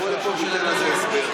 אני מבקש, שיבוא לפה וייתן לנו הסבר.